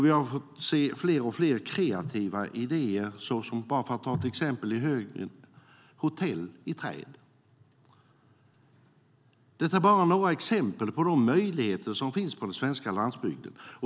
Vi har fått se fler och fler kreativa idéer som, bara för att ta ett exempel i högen, hotell i träd. Detta är bara några exempel på de möjligheter som finns på den svenska landsbygden.